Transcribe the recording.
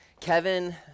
Kevin